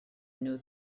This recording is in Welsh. nhw